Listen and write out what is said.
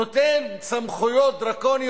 תודה רבה.